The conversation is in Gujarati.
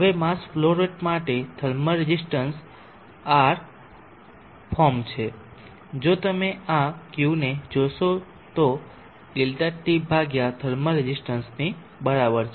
હવે માસ ફલો રેટ માટે થર્મલ રેઝિસ્ટન્સ Rθm છે જો તમે આ Qને જોશો જે ΔT ભાગ્યા થર્મલ રેઝિસ્ટન્સ ની બરાબર છે